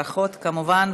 ברכות, כמובן.